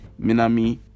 Minami